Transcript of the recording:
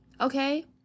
okay